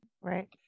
right